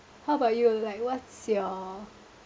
how about you like what's your